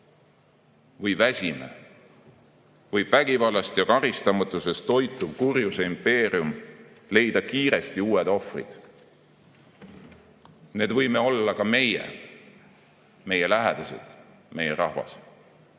või väsime, võib vägivallast ja karistamatusest toituv kurjuse impeerium leida kiiresti uued ohvrid. Need võime olla ka meie, meie lähedased, meie rahvas.